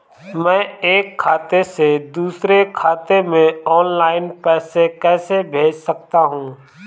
मैं एक खाते से दूसरे खाते में ऑनलाइन पैसे कैसे भेज सकता हूँ?